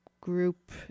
group